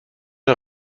der